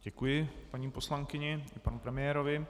Děkuji paní poslankyni i panu premiérovi.